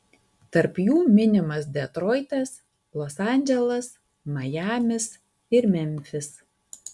tarp jų minimas detroitas los andželas majamis ir memfis